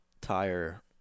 tire